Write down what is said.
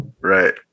Right